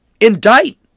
indict